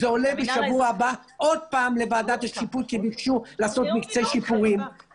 זה עולה בשבוע הבא עוד פעם לוועדת השיפוט כי ביקשו לעשות מקצה שיפורים.